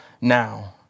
now